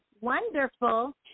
wonderful